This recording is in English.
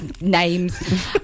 names